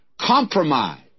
Compromise